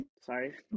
sorry